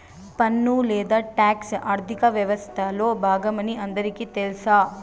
పన్ను లేదా టాక్స్ ఆర్థిక వ్యవస్తలో బాగమని అందరికీ తెల్స